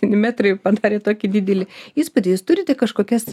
metrai padarė tokį didelį įspūdį jūs turite kažkokias